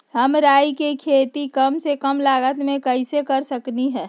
हम राई के खेती कम से कम लागत में कैसे कर सकली ह?